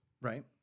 Right